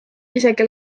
isegi